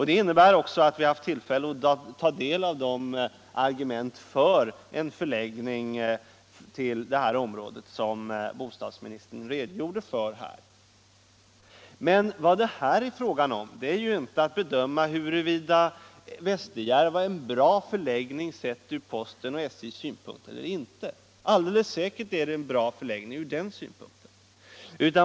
Det innebär också att vi haft tillfälle att ta del av de argument för en förläggning till det område som bostadsministern redogjorde för. Men vad det här är fråga om är inte att bedöma huruvida Västerjärva är en bra förläggning sett ur postens och SJ:s synpunkt eller inte. Alldeles säkert är det en bra förläggning ur den synpunkten.